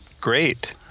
Great